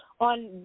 on